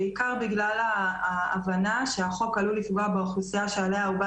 בעיקר בגלל ההבנה שהחוק עלול לפגוע באוכלוסייה שעליה הוא בא